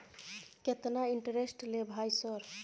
केतना इंटेरेस्ट ले भाई सर?